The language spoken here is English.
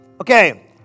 Okay